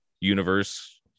universe